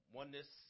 oneness